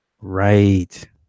Right